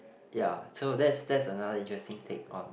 ya so that's that's another interesting take on